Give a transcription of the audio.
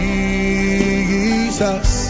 Jesus